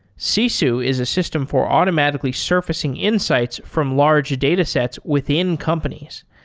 sisu is a system for automatically surfacing insights from large datasets within companies.